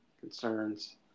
Concerns